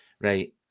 Right